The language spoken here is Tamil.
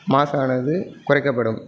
மாசானது குறைக்கப்படும்